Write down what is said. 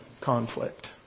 conflict